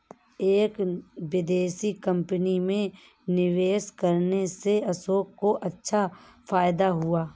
एक विदेशी कंपनी में निवेश करने से अशोक को अच्छा फायदा हुआ